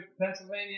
Pennsylvania